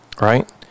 Right